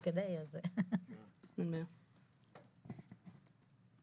אוקיי, התחלתי להגיד שכשגברתי יושבת הראש